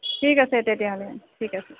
ঠিক আছে তেতিয়াহ'লে ঠিক আছে